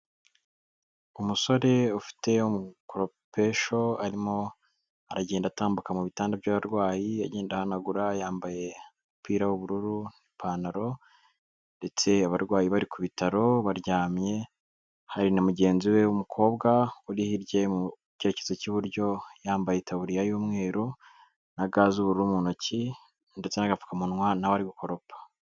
Umusore ufite umukoropesho arimo aragenda atambuka mu bitanda by'abarwayi agenda ahanagura, yambaye umupira w'ubururu n'ipantaro, ndetse abarwayi bari ku bitaro baryamye, hari na mugenzi we w'umukobwa uri hirya mu cyerekezo cy'iburyo yambaye itaburiya y'umweru na ga z'ubururu ntoki ndetse n'agapfukamunwa nawe ari gukoropa.